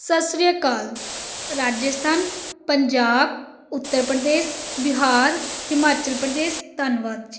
ਸਤਿ ਸ਼੍ਰੀ ਅਕਾਲ ਰਾਜਸਥਾਨ ਪੰਜਾਬ ਉੱਤਰ ਪ੍ਰਦੇਸ਼ ਬਿਹਾਰ ਹਿਮਾਚਲ ਪ੍ਰਦੇਸ਼ ਧੰਨਵਾਦ ਜੀ